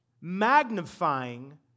magnifying